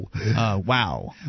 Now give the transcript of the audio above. Wow